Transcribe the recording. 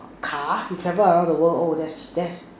car you travel around the world oh that's that's